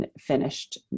finished